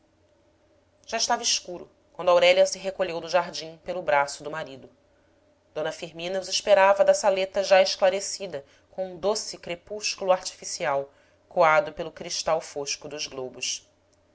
já estava escuro quando aurélia se recolheu do jardim pelo braço do marido d firmina os esperava da saleta já esclarecida com um doce crepúsculo artificial coado pelo cristal fosco dos globos